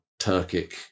Turkic